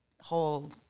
whole